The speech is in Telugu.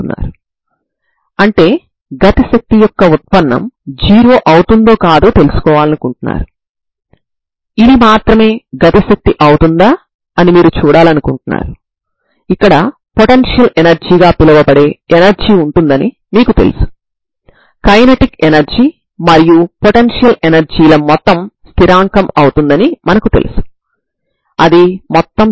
ఈ శ్రేణి యూనిఫార్మ్ కన్వెర్జెంట్ అయినప్పుడు మాత్రమే ఈ పరిష్కారాలన్నీ అపరిమితమైనప్పటికీ వాటి మొత్తం కూడా పరిష్కారమవుతుందని మనం అనుకోవచ్చు సరేనా